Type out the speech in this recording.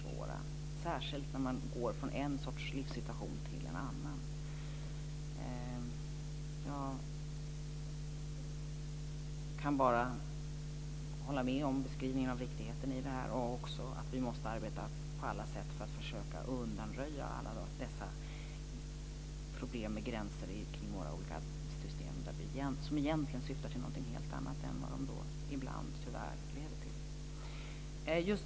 Detta gäller särskilt när de går från en sorts livssituation till en annan. Jag kan bara hålla med om riktigheten i denna beskrivning och även instämma i att vi på alla sätt måste arbeta för att försöka undanröja alla dessa problem med gränser mellan våra olika system, som egentligen syftar till någonting helt annat än vad de ibland tyvärr leder till.